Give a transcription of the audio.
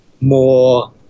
more